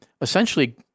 essentially